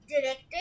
directed